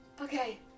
Okay